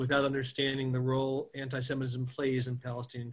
בין הישראלים לפלסטינים